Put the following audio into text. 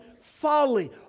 folly